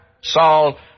Saul